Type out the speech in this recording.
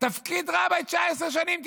תפקיד רביי 19 שנים.